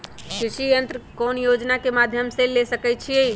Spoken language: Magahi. कृषि यंत्र कौन योजना के माध्यम से ले सकैछिए?